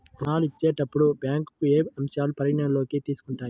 ఋణాలు ఇచ్చేటప్పుడు బ్యాంకులు ఏ అంశాలను పరిగణలోకి తీసుకుంటాయి?